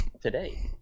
today